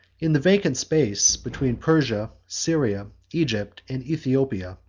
in the vacant space between persia, syria, egypt, and aethiopia,